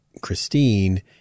Christine